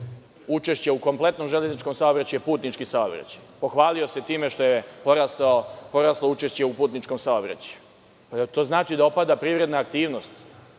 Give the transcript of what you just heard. učešća u kompletnom železničkom saobraćaju putnički saobraćaj. Pohvalio se time što je poraslo učešće u putničkom saobraćaju. Da li to znači da opada privredna aktivnost,